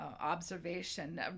observation